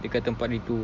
dekat tempat itu